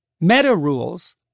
Meta-rules